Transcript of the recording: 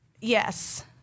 yes